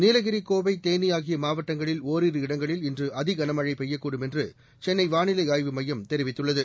நீலகிரி கோவை தேனி ஆகிய மாவட்டங்களில் ஒரிரு இடங்களில் இன்று அதிகளமழை பெய்யக்ககூடும் என்று சென்னை வானிலை ஆய்வு மையம் தெரிவித்துள்ளது